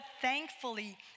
thankfully